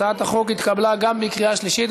הצעת החוק התקבלה גם בקריאה שלישית,